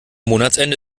monatsende